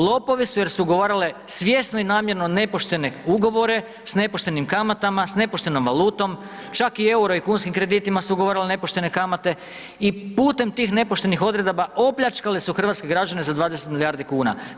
Lopovi su jer su ugovarale svjesno i namjerno nepoštene ugovore s nepoštenim kamatama, s nepoštenom valutom čak i EUR-o i kunskim kreditima su ugovarale nepoštene kamate i putem tih nepoštenih odredaba opljačkale su hrvatske građane za 20 milijardi kuna.